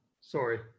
Sorry